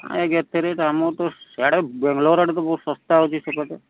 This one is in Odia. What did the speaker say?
ଏତେ ରେଟ୍ ଆମର ତ ସିଆଡ଼େ ବେଙ୍ଗଲୋରୋ ଆଡ଼େ ବହୁତ ଶସ୍ତା ହେଉଛି ସେପଟେ